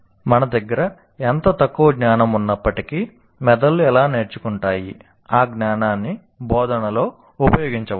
మన దగ్గర ఎంత తక్కువ జ్ఞానం ఉన్నప్పటికీ 'మెదళ్ళు ఎలా నేర్చుకుంటాయి' ఆ జ్ఞానాన్ని బోధనలో ఉపయోగించవచ్చు